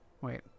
Wait